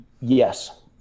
Yes